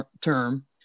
term